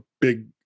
big